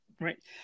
Right